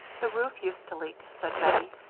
the roof used to leak, said bettie,